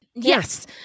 Yes